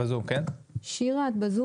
בוקר טוב